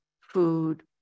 food